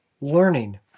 learning